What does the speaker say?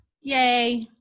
Yay